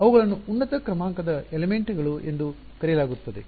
ಅವುಗಳನ್ನು ಉನ್ನತ ಕ್ರಮಾಂಕದ ಅಂಶಎಲಿಮೆಂಟ್ ಗಳು ಎಂದು ಕರೆಯಲಾಗುತ್ತದೆ